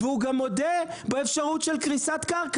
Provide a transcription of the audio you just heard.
והוא גם מודה באפשרות של קריסת קרקע,